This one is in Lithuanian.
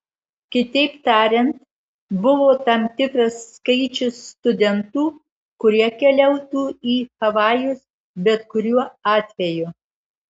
kitaip tariant buvo tam tikras skaičius studentų kurie keliautų į havajus bet kuriuo atveju